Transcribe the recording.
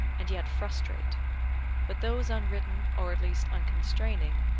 and yet frustrate but those unwritten, or at least unconstraining,